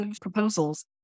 proposals